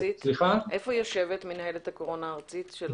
היא יושבת, מינהלת הקורונה הארצית?